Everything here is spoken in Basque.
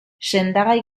sendagai